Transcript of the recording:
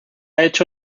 hecho